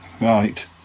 right